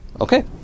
Okay